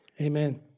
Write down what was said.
Amen